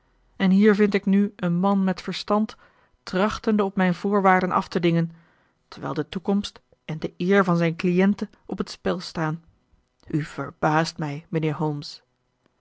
en hier vind ik nu een man met verstand trachtende op mijn voorwaarden af te dingen terwijl de toekomst en de eer van zijn cliënte op het spel staan u verbaast mij mijnheer holmes